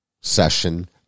session